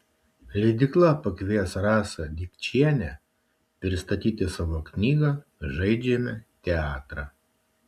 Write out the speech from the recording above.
leidykla pakvies rasą dikčienę pristatyti savo knygą žaidžiame teatrą